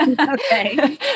Okay